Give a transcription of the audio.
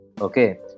okay